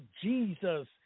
Jesus